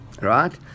Right